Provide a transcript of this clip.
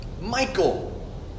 Michael